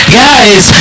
guys